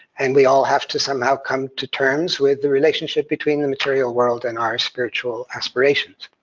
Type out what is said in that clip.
and we all have to somehow come to terms with the relationship between the material world and our spiritual aspirations.